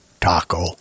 Taco